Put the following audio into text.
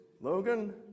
Logan